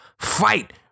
fight